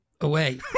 away